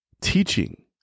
teaching